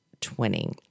twinning